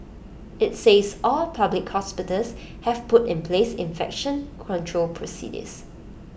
IT says all public hospitals have put in place infection control procedures